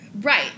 Right